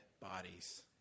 bodies